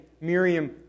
Miriam